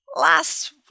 Last